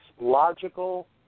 logical